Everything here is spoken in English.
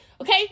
Okay